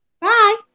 bye